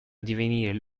divenire